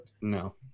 No